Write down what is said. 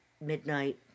midnight